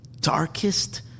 darkest